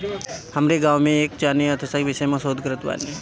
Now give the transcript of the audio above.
हमरी गांवे में एक जानी अर्थशास्त्र विषय में शोध करत बाने